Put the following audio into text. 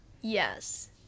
Yes